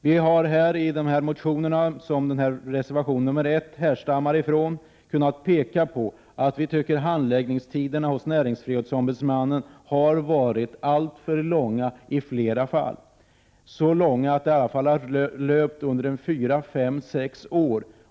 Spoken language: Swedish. Vi har i de motioner som reservationen 1 härstammar ifrån kunnat peka på att vi tycker att handläggningstiderna hos näringsfrihetsombudsmannen har varit alltför långa i flera fall. De har löpt i fyra, fem eller sex år.